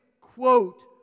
quote